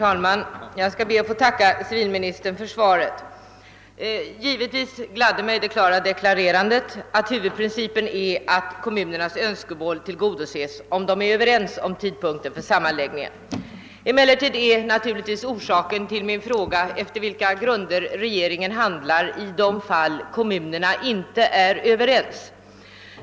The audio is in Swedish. Herr talman! Jag ber att få tacka civilministern för svaret. Givetvis gladde mig det klara deklarerandet att huvudprincipen är att kommunernas önskemål tillgodoses om de är överens om tidpunkten för sammanläggningen. Emellertid är orsaken till min fråga naturligtvis efter vilka grunder regeringen handlar i de fall då kommunerna inte är överens.